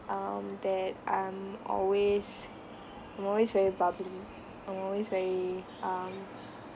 um that I'm always I'm always very bubbly I'm always very um